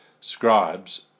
scribes